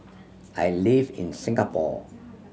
I live in Singapore